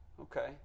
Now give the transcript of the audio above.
Okay